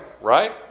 right